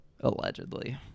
Allegedly